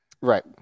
right